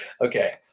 okay